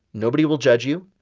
nobody will judge you.